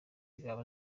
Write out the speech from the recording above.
ingamba